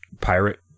pirate